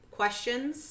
questions